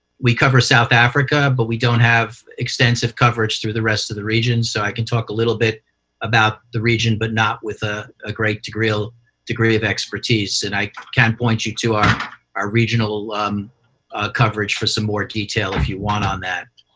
we cover south africa but we don't have extensive coverage through the rest of the region. so i can talk a little bit about the region but not with ah a great degree ah degree of expertise, and i can point you to our our regional um coverage for some more detail if you want on that.